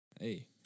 Hey